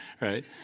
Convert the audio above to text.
right